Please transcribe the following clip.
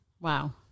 Wow